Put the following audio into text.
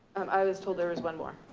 i was told there was one more.